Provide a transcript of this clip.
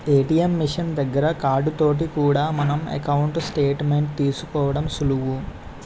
ATM machine దగ్గర card తోటి కూడా మన ఎకౌంటు స్టేట్ మెంట్ తీసుకోవడం సులువు